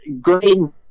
Green